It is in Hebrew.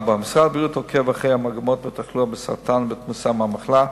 משרד הבריאות עוקב אחרי המגמות בתחלואה בסרטן ובתמותה מהמחלה,